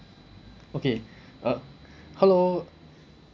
okay uh hello